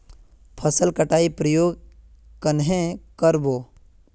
फसल कटाई प्रयोग कन्हे कर बो?